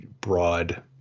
broad